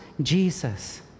Jesus